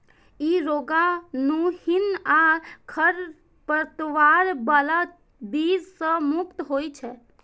ई रोगाणुहीन आ खरपतवार बला बीज सं मुक्त होइ छै